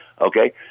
okay